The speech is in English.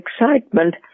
excitement